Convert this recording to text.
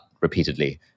repeatedly